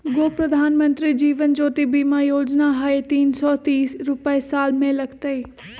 गो प्रधानमंत्री जीवन ज्योति बीमा योजना है तीन सौ तीस रुपए साल में लगहई?